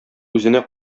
үзенә